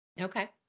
Okay